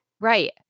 right